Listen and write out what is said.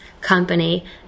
company